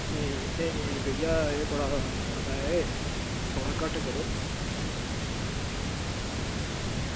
नेईं नेईं भइया एह् बड़ा मता ऐ थोह्ड़ा घट्ट करो